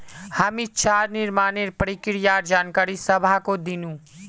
हामी चारा निर्माणेर प्रक्रियार जानकारी सबाहको दिनु